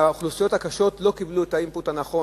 האוכלוסיות הקשות לא קיבלו את ה- inputהנכון,